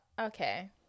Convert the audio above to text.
okay